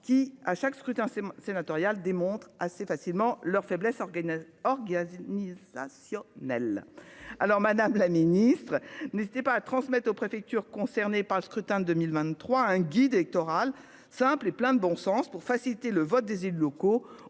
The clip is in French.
qui à chaque scrutin sénatorial démontre assez facilement leurs faiblesses. Or Guy à Nice la Sion Neil. Alors Madame la Ministre n'hésitez pas à transmettre aux préfectures concernées par le scrutin de 2023, un guide électoral simple et plein de bon sens pour faciliter le vote des élus locaux.